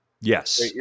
Yes